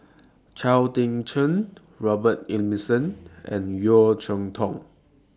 Chao Tzee Cheng Robert Ibbetson and Yeo Cheow Tong